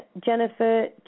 Jennifer